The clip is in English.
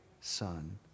Son